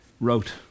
wrote